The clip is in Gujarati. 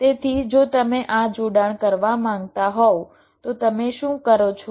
તેથી જો તમે આ જોડાણ કરવા માંગતા હોવ તો તમે શું કરો છો